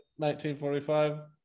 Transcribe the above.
1945